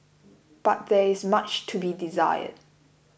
but there is much to be desired